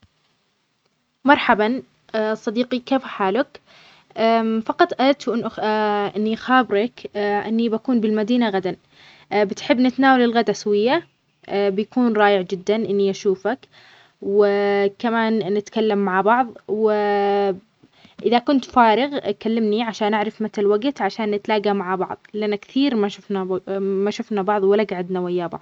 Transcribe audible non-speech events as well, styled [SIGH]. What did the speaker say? مرحبا صديقي كيف حالك؟ [HESITATION] فقط أردت [HESITATION] أني أخابرك أني بكون بالمدينة غدا، بتحب نتنأول الغدا سويا؟ بيكون رائع جدا أني أشوفك! و [HESITATION] كمان نتكلم مع بعظ، [HESITATION] وإذا كنت فارغ كلمني عشان أعرف متى الوقت عشان نتلاقى مع بعظ؟ لأن كثير [HESITATION] ما شفنا بعظ، ولا قعدنا ويا بعظ.